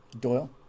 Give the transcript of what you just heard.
Doyle